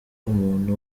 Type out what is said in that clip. umuntu